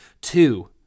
Two